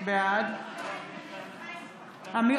בעד אמיר